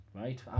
right